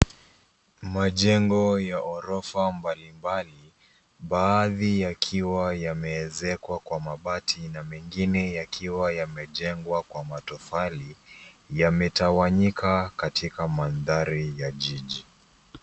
Majengo ya orofa mbalimbali. Baadhi yakiwa yameezekwa kwa mabati na mengine yakiwa yamejengwa kwa matofali, yametawanyika katika mandhari ya jiji.